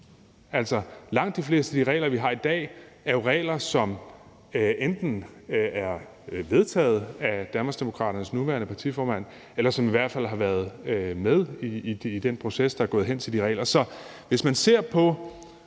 Altså, langt de fleste af de regler, vi har i dag, er jo regler, som enten er vedtaget af Danmarksdemokraternes nuværende partiformand, eller hvor hun i hvert fald har været med i den proces, der har ført til de regler. Kl. 12:50 Hvis man ser på,